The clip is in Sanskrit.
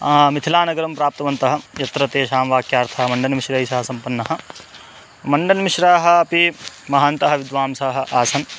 मिथिलानगरं प्राप्तवन्तः यत्र तेषां वाक्यार्थः मण्डनमिश्रै सह सम्पन्नः मण्डनमिश्राः अपि महान्तः विद्वांसाः आसन्